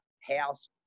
house